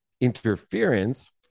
interference